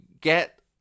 get